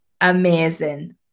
amazing